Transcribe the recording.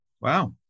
Wow